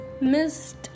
missed